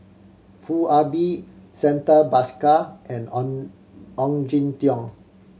Foo Ah Bee Santha Bhaskar and Ong Ong Jin Teong